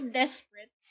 desperate